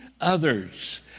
others